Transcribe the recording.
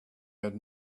had